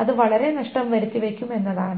അത് വളരെ നഷ്ടം വരുത്തിവെക്കുന്നതുമാണ്